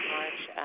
March